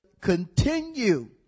continue